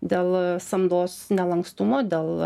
dėl samdos nelankstumo dėl